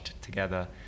together